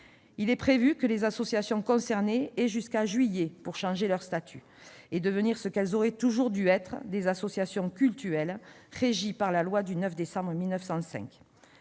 Il est prévu que les associations concernées aient jusqu'à juillet pour changer leurs statuts et devenir ce qu'elles auraient toujours dû être : des associations cultuelles régies par la loi du 9 décembre 1905.